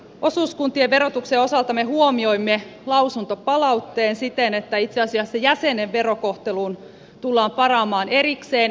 osuuskuntien verotuksen osalta me huomioimme lausuntopalautteen siten että itse asiassa jäsenen verokohteluun tullaan palaamaan erikseen erillisellä valmistelulla